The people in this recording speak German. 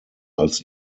als